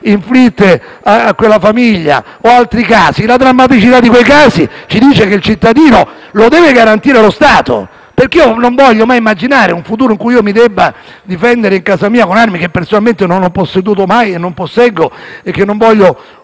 inflitte a quella famiglia o altri episodi, la drammaticità di quei casi ci dice che il cittadino lo deve garantire lo Stato. Non voglio mai immaginare un futuro in cui io mi debba difendere in casa mia con armi che personalmente non ho mai posseduto, non posseggo e che non desidero